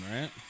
right